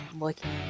looking